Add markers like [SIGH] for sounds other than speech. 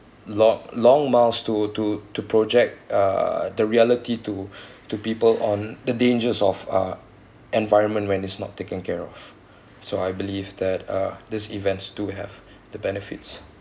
lot long miles to to to project uh the reality to [BREATH] to people on the dangers of uh environment when it's not taken care of so I believe that uh these events do have the benefits